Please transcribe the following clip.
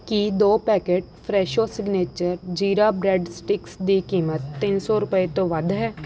ਕੀ ਦੋ packet Fresho signature jeera bread sticks ਦੀ ਕੀਮਤ ਤਿੰਨ ਸੌ ਰੁਪਏ ਤੋਂ ਵੱਧ ਹੈ